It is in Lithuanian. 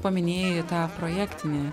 paminėjai tą projektinį